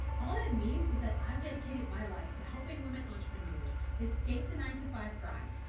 all that means is that i've dedicated my life to helping women entrepreneurs escape the nine to five grind,